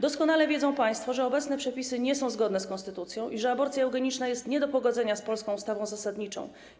Doskonale państwo wiedzą, że obecne przepisy nie są zgodne z konstytucją i że aborcja eugeniczna jest nie do pogodzenia z polską ustawą zasadniczą.